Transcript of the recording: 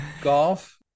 golf